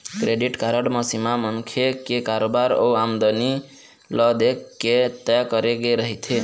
credit card म सीमा मनखे के कारोबार अउ आमदनी ल देखके तय करे गे रहिथे